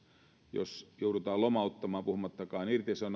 jos joudutaan lomauttamaan puhumattakaan